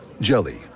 Jelly